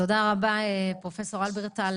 תודה רבה פרופ' הלברטל.